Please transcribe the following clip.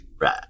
Right